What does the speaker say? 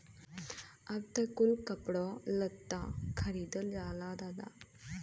अब त कुल कपड़ो लत्ता खरीदल जाला दादा